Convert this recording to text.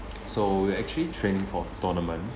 so we're actually training for tournament